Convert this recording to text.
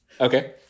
okay